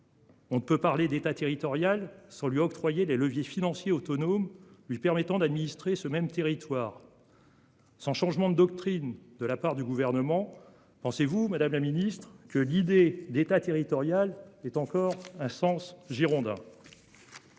On peut parler d'État territoriale sans lui octroyer les leviers financiers autonome lui permettant d'administrer ce même territoire. Sans changement de doctrine de la part du gouvernement. Pensez-vous Madame la Ministre que l'idée d'État territorial est encore un sens Girondins.